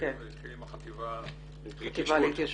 התחיל עם החטיבה להתיישבות.